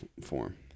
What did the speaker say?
form